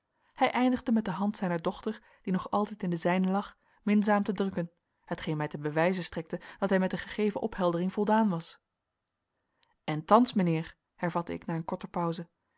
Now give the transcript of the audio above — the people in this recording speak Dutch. hij eindigde met de hand zijner dochter die nog altijd in de zijne lag minzaam te drukken hetgeen mij ten bewijze strekte dat hij met de gegeven opheldering voldaan was en thans mijnheer hervatte ik na een korte pauze